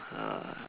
ah